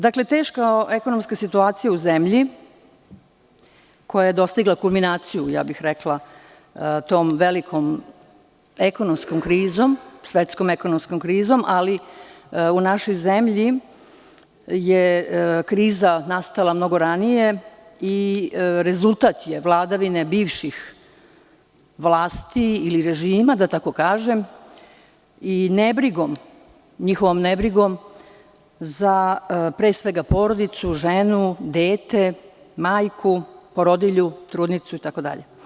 Dakle, teška ekonomska situacija u zemlji koja je dostigla kulminaciju tom velikom svetskom ekonomskom krizom, ali u našoj zemlji je kriza nastala mnogo ranije i rezultat je vladavine bivših vlasti ili režima, da tako kažem, i njihovom nebrigom pre svega za porodicu, ženu, dete, majku, porodilju, trudnicu itd.